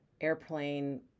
airplane